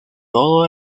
todo